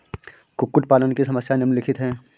कुक्कुट पालन की समस्याएँ निम्नलिखित हैं